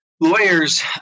Lawyers